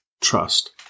trust